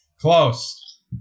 Close